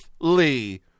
Lee